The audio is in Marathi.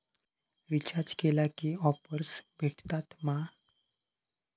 रिचार्ज केला की ऑफर्स भेटात मा?